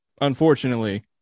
unfortunately